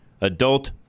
Adult